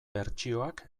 bertsioak